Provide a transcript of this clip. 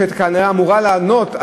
שכנראה אמורה לענות,